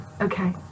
Okay